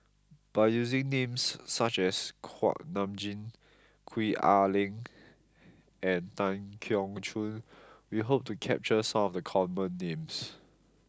by using names such as Kuak Nam Jin Gwee Ah Leng and Tan Keong Choon we hope to capture some of the common names